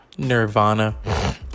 Nirvana